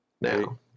now